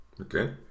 Okay